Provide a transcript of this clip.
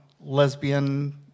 lesbian